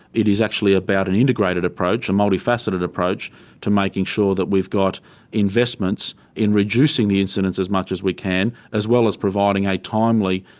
it is actually about an integrated approach, a multi-faceted approach to making sure that we've got investments in reducing the incidents as much as we can, as well as providing a timely,